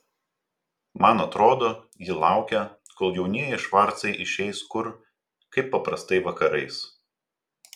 man atrodo ji laukia kol jaunieji švarcai išeis kur kaip paprastai vakarais